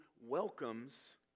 welcomes